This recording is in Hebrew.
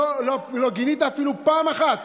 לא גינית אפילו פעם אחת.